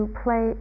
play